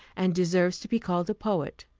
and deserves to be called a poet.